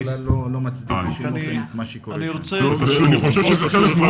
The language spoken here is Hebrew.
מצדיק את מה שקורה שם.